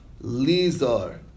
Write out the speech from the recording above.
Lizar